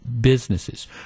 businesses